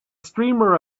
streamer